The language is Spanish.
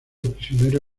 prisionero